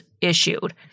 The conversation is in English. issued